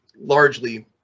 largely